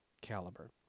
caliber